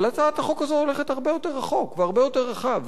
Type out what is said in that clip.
אבל הצעת החוק הזו הולכת הרבה יותר רחוק והרבה יותר רחב,